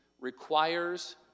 requires